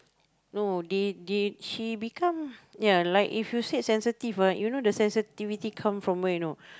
no they they she become ya like if you said sensitive ah you know the sensitivity come from where you know